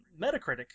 Metacritic